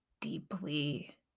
deeply